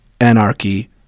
anarchy